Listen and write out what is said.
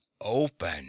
open